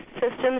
systems